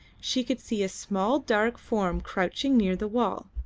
she could see a small dark form crouching near the wall.